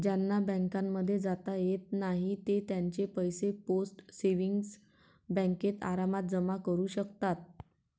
ज्यांना बँकांमध्ये जाता येत नाही ते त्यांचे पैसे पोस्ट सेविंग्स बँकेत आरामात जमा करू शकतात